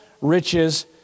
riches